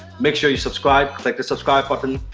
make sure you subscribe. click the subscribe button.